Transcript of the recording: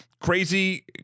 crazy